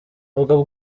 ubwo